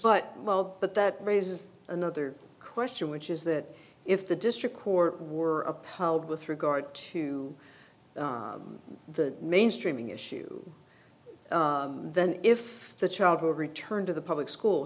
but well but that raises another question which is that if the district court were upheld with regard to the mainstreaming issue then if the child were returned to the public school